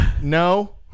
No